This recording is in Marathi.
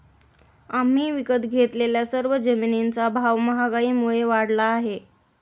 आम्ही विकत घेतलेल्या सर्व जमिनींचा भाव महागाईमुळे वाढला आहे